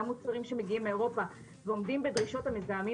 גם מוצרים שמגיעים מאירופה ועומדים בדרישות המזהמים